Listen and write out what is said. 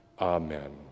Amen